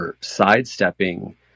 sidestepping